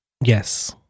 Yes